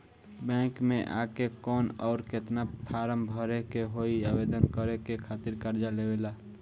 Bank मे आ के कौन और केतना फारम भरे के होयी आवेदन करे के खातिर कर्जा लेवे ला?